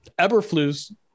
Eberflus